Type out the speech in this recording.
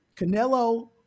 Canelo